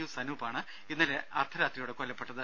U സനൂപാണ് ഇന്നലെ അർദ്ധരാത്രിയോടെ കൊല്ലപ്പെട്ടത്